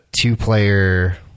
two-player